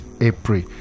April